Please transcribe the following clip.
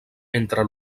entre